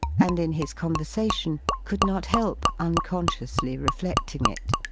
and in his conversation could not help unconsciously refleding it.